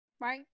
right